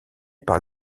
par